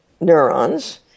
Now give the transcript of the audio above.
neurons